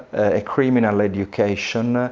a criminal education,